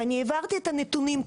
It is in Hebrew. העברתי את הנתונים.